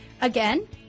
Again